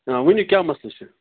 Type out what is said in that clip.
ؤنِو کیٛاہ مسلہٕ چھُ